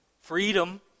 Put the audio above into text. Freedom